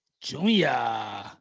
Junior